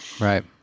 Right